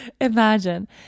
imagine